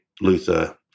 Luther